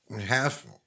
half